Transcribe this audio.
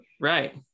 right